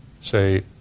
say